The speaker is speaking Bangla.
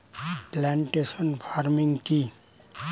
প্লান্টেশন ফার্মিং কি?